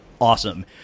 awesome